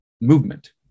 movement